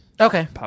Okay